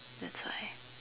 that's why